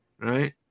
right